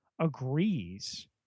agrees